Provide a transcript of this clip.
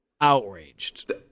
outraged